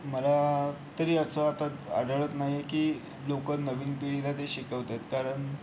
मला तरी असं आता आढळत नाही की लोकं नवीन पिढीला ते शिकवत आहेत कारण